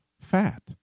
fat